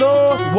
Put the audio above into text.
Lord